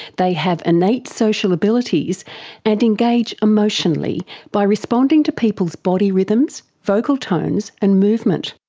they have innate social abilities and engage emotionally by responding to people's body rhythms, vocal tones and movement.